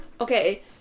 Okay